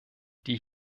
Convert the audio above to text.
die